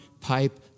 pipe